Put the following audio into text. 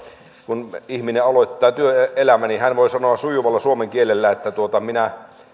kun ihminen aloittaa työelämän niin hän voi sanoa sujuvalla suomen kielellä että minä